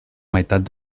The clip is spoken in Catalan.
meitat